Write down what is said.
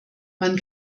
man